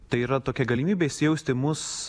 tai yra tokia galimybė įsijausti mus